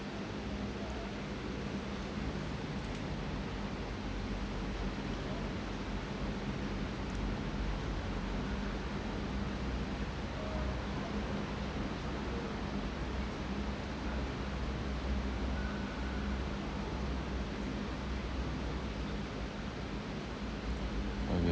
okay